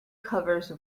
covers